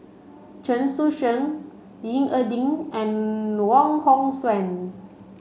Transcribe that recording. Chen Sucheng Ying E Ding and Wong Hong Suen